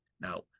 Now